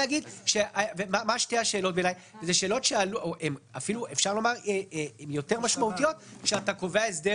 אלה שאלות שהן יותר משמעותיות כאשר אתה קובע הסדר